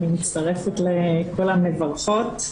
אני מצטרפת לכל המברכות.